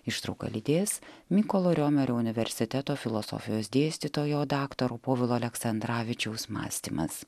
ištrauką lydės mykolo riomerio universiteto filosofijos dėstytojo daktaro povilo aleksandravičiaus mąstymas